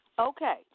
Okay